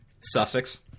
Sussex